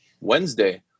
Wednesday